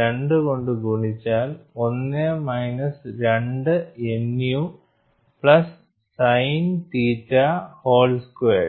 2 കൊണ്ട് ഗുണിച്ചാൽ 1 minus 2 nu plus sine theta whole squared